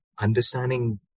understanding